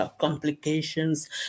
complications